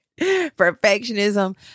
perfectionism